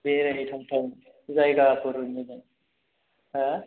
बेराय थाव थाव जायगाफोर मोजां हा